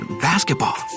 basketball